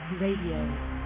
Radio